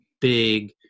big